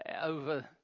over